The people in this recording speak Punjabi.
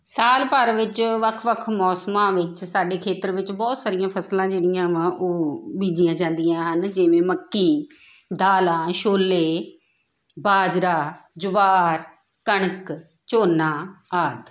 ਸਾਲ ਭਰ ਵਿੱਚ ਵੱਖ ਵੱਖ ਮੌਸਮਾਂ ਵਿੱਚ ਸਾਡੇ ਖੇਤਰ ਵਿੱਚ ਬਹੁਤ ਸਾਰੀਆਂ ਫਸਲਾਂ ਜਿਹੜੀਆਂ ਵਾ ਉਹ ਬੀਜੀਆਂ ਜਾਂਦੀਆਂ ਹਨ ਜਿਵੇਂ ਮੱਕੀ ਦਾਲਾਂ ਛੋਲੇ ਬਾਜਰਾ ਜਵਾਰ ਕਣਕ ਝੋਨਾ ਆਦਿ